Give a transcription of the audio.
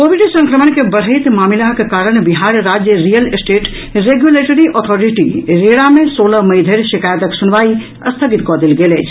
Covid संक्रमण के बढ़ैत मामिलाक कारण बिहार राज्य real estate regulatory authority RERA मे सोलह मई धरि शिकायतक सुनवाई स्थगित कऽ देल गेल अछि